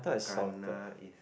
ganah is